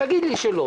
אם תגיד לי שלא